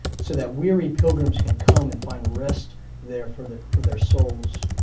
so that weary pilgrims can come and find rest there for there for their souls.